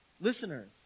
listeners